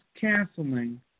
canceling